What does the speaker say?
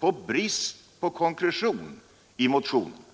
av bristen på konkretion i motionen.